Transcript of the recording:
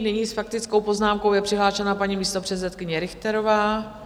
Nyní s faktickou poznámkou je přihlášená paní místopředsedkyně Richterová.